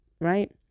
right